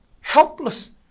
helpless